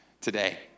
today